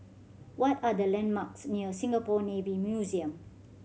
what are the landmarks near Singapore Navy Museum